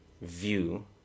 view